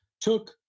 took